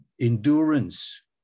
endurance